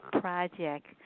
project